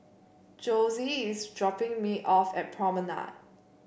Jose is dropping me off at Promenade